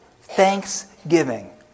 thanksgiving